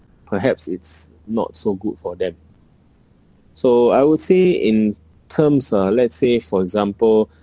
perhaps it's not so good for them so I would say in terms uh let's say for example